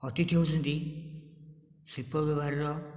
ଅତିଥି ହେଉଛନ୍ତି ଶିଳ୍ପ ବ୍ୟବହାରର